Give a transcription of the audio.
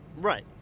right